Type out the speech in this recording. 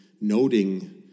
noting